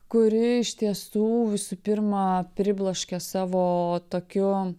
kuri iš tiesų visų pirma pribloškė savo tokiu